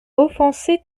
offenser